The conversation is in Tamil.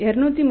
231